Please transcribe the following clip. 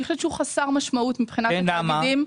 אני חושבת שהוא חסר משמעות מבחינת התאגידים.